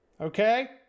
Okay